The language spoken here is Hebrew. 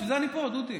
בשביל זה אני פה, דודי.